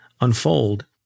unfold